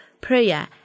prayer